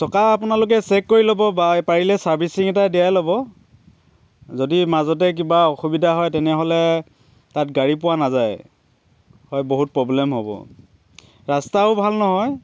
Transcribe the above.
টকা আপোনালোকে চেক কৰি ল'ব বা পাৰিলে ছাৰ্ভিচিং এটা দিয়াই ল'ব যদি মাজতে কিবা অসুবিধা হয় তেনেহ'লে তাত গাড়ী পোৱা নাযায় হয় বহুত প্ৰব্লেম হ'ব ৰাস্তাও ভাল নহয়